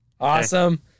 Awesome